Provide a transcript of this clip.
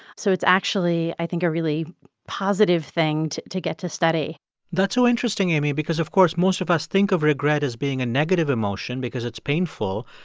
so it's actually, i think, a really positive thing to to get to a study that's so interesting, amy, because, of course, most of us think of regret as being a negative emotion because it's painful.